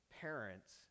parents